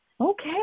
Okay